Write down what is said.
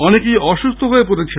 অনেকেই অসুস্থ হয়ে পড়ছেন